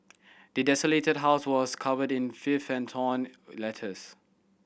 the desolated house was covered in filth and torn letters